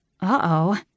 Uh-oh